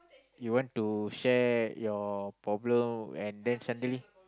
you want to share your problem and then suddenly